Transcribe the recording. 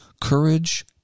Courage